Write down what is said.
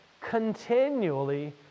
continually